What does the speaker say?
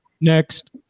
next